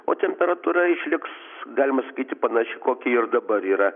o temperatūra išliks galima sakyti panaši kokia ir dabar yra